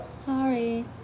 Sorry